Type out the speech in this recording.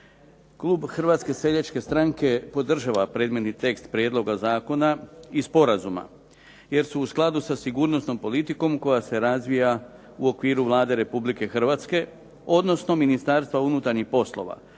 Klub HSS-a podržava predmetni tekst prijedloga zakona i sporazuma jer su u skladu sa sigurnosnom politikom koja se razvija u okviru Vlade Republike Hrvatske, odnosno Ministarstva unutarnjih poslova,